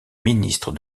ministre